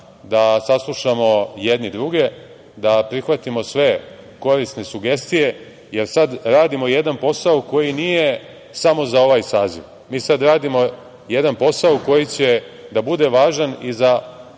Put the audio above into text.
da saslušamo jedni druge, da prihvatimo sve korisne sugestije, jer sada radimo jedan posao koji nije samo za ovaj saziv, mi sada radimo jedan posao koji će da bude važan i za